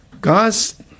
Guys